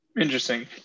Interesting